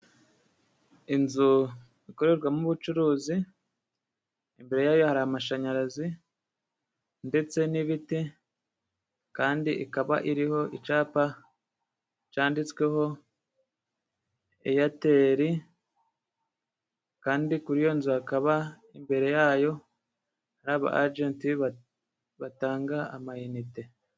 Inzu ikorerwamo ubucuruzi, imbere hayo hari amashanyarazi, ndetse n'ibiti, kandi ikaba iriho icyapa cyanditsweho eyateri, kandi kuri iyo nzu hakaba imbere hayo n'aba ajenti batanga amayinite.